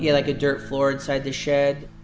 yeah, like a dirt floor inside the shed.